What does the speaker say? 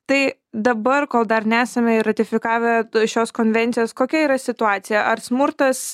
tai dabar kol dar nesame įratifikavę šios konvencijos kokia yra situacija ar smurtas